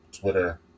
Twitter